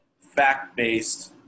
fact-based